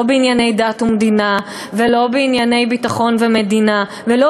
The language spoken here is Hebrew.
לא בענייני דת ומדינה ולא בענייני ביטחון ומדינה ולא